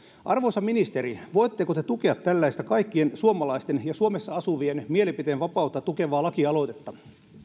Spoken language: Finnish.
arvoisa ministeri voitteko te tukea tällaista kaikkien suomalaisten ja suomessa asuvien mielipiteenvapautta tukevaa lakialoitetta